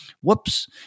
Whoops